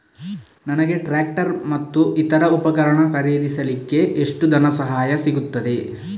ನನಗೆ ಟ್ರ್ಯಾಕ್ಟರ್ ಮತ್ತು ಇತರ ಉಪಕರಣ ಖರೀದಿಸಲಿಕ್ಕೆ ಎಷ್ಟು ಧನಸಹಾಯ ಸಿಗುತ್ತದೆ?